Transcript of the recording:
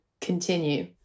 continue